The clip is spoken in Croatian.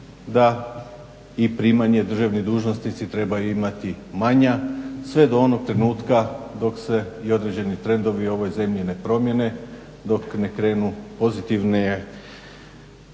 da i primanja državni dužnosnici trebaju imati manja sve do onog trenutka dok se i određeni trendovi u ovoj zemlji ne promjene, dok ne krenu pozitivni